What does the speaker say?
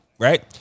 Right